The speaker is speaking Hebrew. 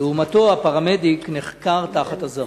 לעומתו הפרמדיק נחקר תחת אזהרה.